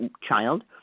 child